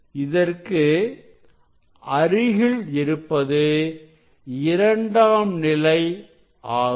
இதற்கு அருகில் இருப்பது இரண்டாம் நிலை ஆகும்